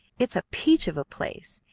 it's a peach of a place.